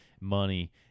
money